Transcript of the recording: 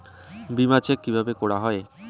বিমা চেক কিভাবে করা হয়?